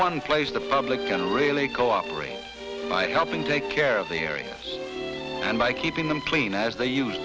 one place the public can really cooperate by helping take care of the area and by keeping them clean as they use